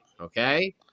Okay